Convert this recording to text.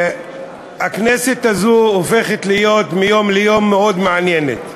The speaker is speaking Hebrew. הכנסת הזאת הופכת להיות מיום ליום מאוד מעניינת.